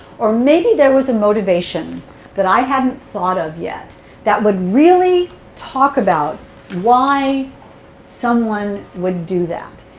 or maybe there was a motivation that i hadn't thought of yet that would really talk about why someone would do that.